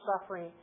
suffering